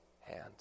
hand